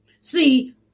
See